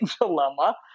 dilemma